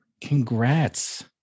Congrats